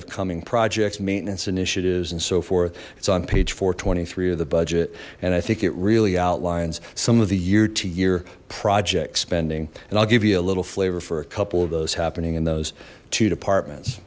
of coming projects maintenance initiatives and so forth it's on page four hundred and twenty three of the budget and i think it really outlines some of the year to year project spending and i'll give you a little flavor for a couple of those happening in those two departments